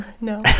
no